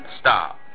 Stop